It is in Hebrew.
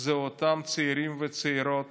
זה אותם צעירים וצעירות